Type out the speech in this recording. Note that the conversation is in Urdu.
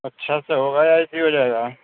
اچھا سے ہوگا یا ایسے ہی ہو جائے گا